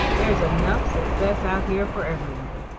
there's enough success out here for everyone.